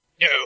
No